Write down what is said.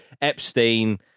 Epstein